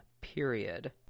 period